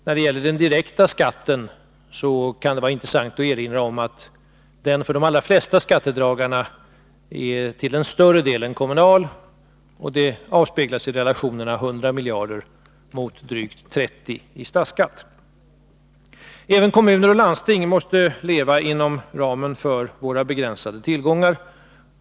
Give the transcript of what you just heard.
När det gäller den direkta skatten kan det vara intressant att erinra om att den för de allra flesta skattebetalare är till allra största delen kommunal — det avspeglas i relationen 100 miljarder i kommunalskatt mot drygt 30 i statsskatt. Även kommuner och landsting måste leva inom ramen för våra begränsade tillgångar.